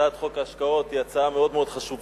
הצעת חוק ההשקעות היא הצעה מאוד חשובה.